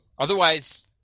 Otherwise